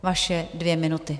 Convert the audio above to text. Vaše dvě minuty.